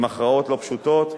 עם הכרעות לא פשוטות.